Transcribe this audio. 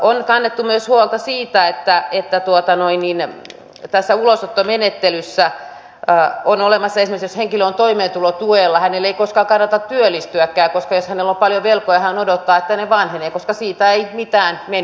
on kannettu myös huolta siitä että tässä ulosottomenettelyssä on olemassa sellainen tilanne esimerkiksi että jos henkilö on toimeentulotuella hänen ei koskaan kannata työllistyäkään koska jos hänellä on paljon velkoja hän odottaa että ne vanhenevat koska siitä ei mitään mene